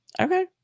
Okay